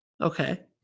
Okay